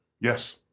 Yes